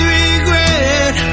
regret